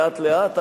לאט-לאט,